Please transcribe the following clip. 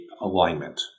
alignment